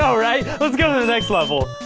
so right? let's go to the next level.